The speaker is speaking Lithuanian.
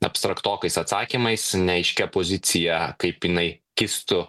abstraktokais atsakymais neaiškia pozicija kaip jinai kistų